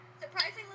Surprisingly